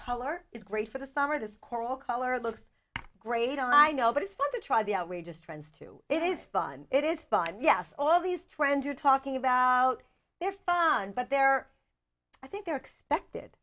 color is great for the summer this coral color looks great i know but it's fun to try the outrageous trends to it is fun it is fun yes all these trends are talking about their fun but there i think they're expected